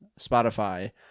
Spotify